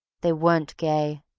they weren't gay.